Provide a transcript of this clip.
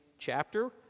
Chapter